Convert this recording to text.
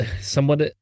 somewhat